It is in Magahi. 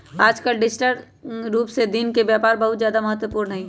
आजकल डिजिटल रूप से दिन के व्यापार बहुत ज्यादा महत्वपूर्ण हई